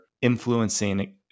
influencing